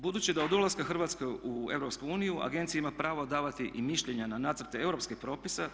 Budući da od ulaska Hrvatske u EU agencija ima pravo davati i mišljenja na nacrte europskih propisa.